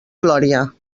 glòria